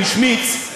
הוא השמיץ,